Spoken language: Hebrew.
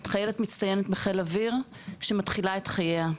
חיילת מצטיינת בחיל אוויר שמתחילה את חייה.